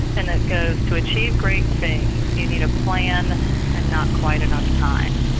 and it goes to achieve great things you need a plan and not quite enough time.